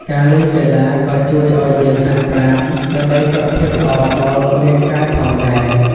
ការលេងកីឡាក៏ជួយឲ្យយើងហាត់ប្រាណ ដើម្បីសុខភាពល្អដល់រាងកាយផងដែរ។